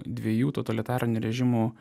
dviejų totalitarinių režimų